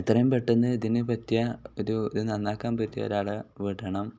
എത്രയും പെട്ടെന്ന് ഇതിനു പറ്റിയ ഒരു ഇത് നന്നാക്കാൻ പറ്റിയ ഒരാളെ വിടണം